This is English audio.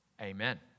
Amen